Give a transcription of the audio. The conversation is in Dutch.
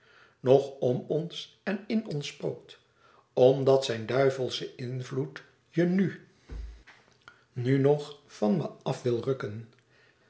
nog om ons en in ons spookt omdat zijn duivelsche invloed je nu nu nog van me af wil rukken